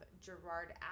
Gerard